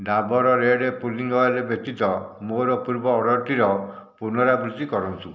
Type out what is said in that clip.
Dabur red pulling oil ବ୍ୟତୀତ ମୋର ପୂର୍ବ ଅର୍ଡ଼ର୍ଟିର ପୁନରାବୃତ୍ତି କରନ୍ତୁ